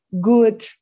good